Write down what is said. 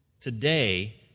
Today